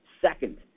Second